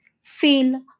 feel